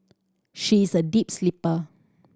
she is a deep sleeper